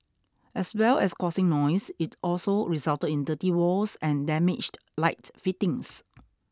as well as causing noise it also resulted in dirty walls and damaged light fittings